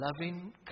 loving